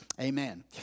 Amen